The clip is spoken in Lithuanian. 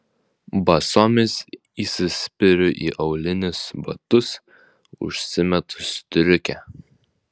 basomis įsispiriu į aulinius batus užsimetu striukę